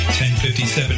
1057